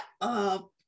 up